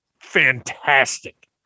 fantastic